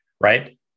right